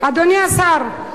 אדוני השר,